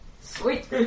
Sweet